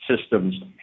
systems